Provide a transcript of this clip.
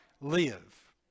live